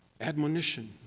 admonition